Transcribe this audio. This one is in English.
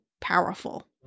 powerful